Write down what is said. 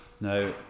Now